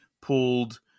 pulled